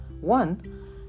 One